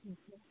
ठीक है